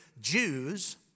Jews